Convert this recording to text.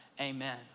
amen